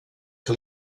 que